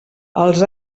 els